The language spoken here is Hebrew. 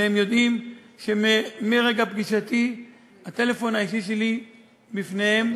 והם יודעים שמרגע פגישתי הטלפון האישי שלי פתוח בפניהם,